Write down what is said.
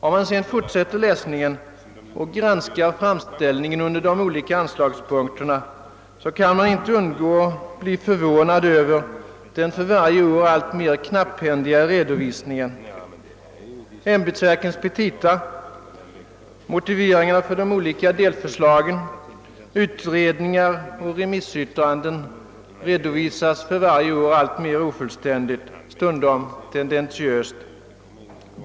Om man sedan fortsätter läsningen och granskar framställningen under de olika anslagspunkterna, kan man inte undgå att bli förvånad över den för varje år alltmer knapphändiga redovisningen. Ämbetsverkens petita, motiveringar för de olika delförslagen, utredningar och remissyttranden redovisas för varje år alltmer ofullständigt, stundom tendentiöst.